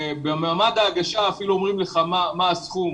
במעמד ההגשה אפילו אומרים לך מה הסכום,